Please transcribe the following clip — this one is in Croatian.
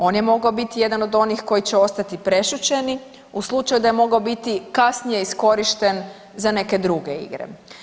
On je mogao biti jedan od onih koji će ostati prešućeni u slučaju da je mogao biti kasnije iskorišten za neke druge igre.